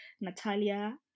Natalia